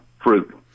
fruit